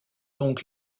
donc